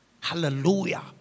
Hallelujah